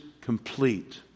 complete